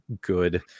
good